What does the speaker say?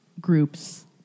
groups